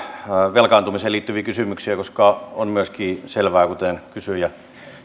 velkaantumiseen liittyviä kysymyksiä koska on myöskin selvää kuten kysyjä